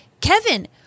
Kevin